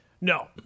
No